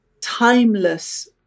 timeless